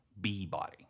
B-body